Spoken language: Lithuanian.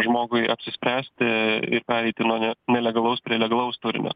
žmogui apsispręsti ir pereiti nuo ne nelegalaus prie legalaus turinio